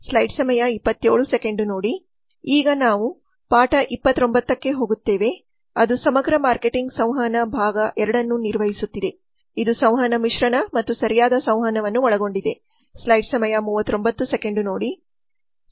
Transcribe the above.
ನಾವು ಈಗ ಪಾಠ 29 ಕ್ಕೆ ಹೋಗುತ್ತೇವೆ ಅದು ಸಮಗ್ರ ಮಾರ್ಕೆಟಿಂಗ್ಸಂವಹನ ಭಾಗ ಎರಡನ್ನು ನಿರ್ವಹಿಸುತ್ತಿದೆ ಇದು ಸಂವಹನ ಮಿಶ್ರಣ ಮತ್ತು ಸರಿಯಾದ ಸಂವಹನವನ್ನು ಒಳಗೊಂಡಿದೆ